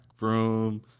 room